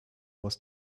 was